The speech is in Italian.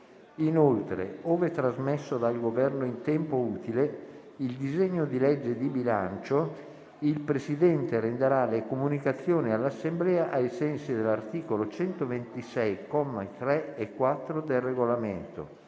Inoltre, ove trasmesso dal Governo in tempo utile il disegno di legge di bilancio, il Presidente renderà le comunicazioni all'Assemblea ai sensi dell'articolo 126, commi 3 e 4, del Regolamento.